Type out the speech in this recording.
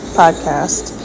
podcast